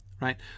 Right